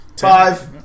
Five